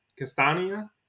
Castania